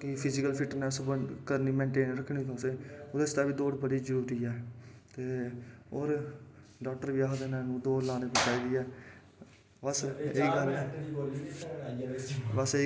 कि physical fitness करनी रक्खने आस्तै ओह्दै आस्तै बी दौड़ जरूरी ऐ और डाक्टर बी आखदे न दौड़ लानी जरूरी ऐ बस इ'यै